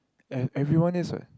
e~ everyone is what